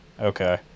Okay